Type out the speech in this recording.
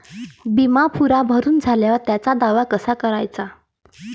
बिमा पुरा भरून झाल्यावर त्याचा दावा कसा कराचा?